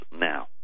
now